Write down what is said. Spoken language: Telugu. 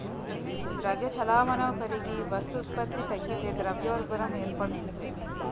ద్రవ్య చలామణి పెరిగి వస్తు ఉత్పత్తి తగ్గితే ద్రవ్యోల్బణం ఏర్పడుతుంది